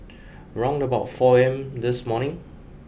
round about four A M this morning